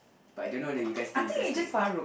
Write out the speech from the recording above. but I don't know whether you guys think you guys click lah